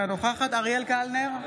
אינה נוכחת אריאל קלנר,